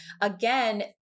again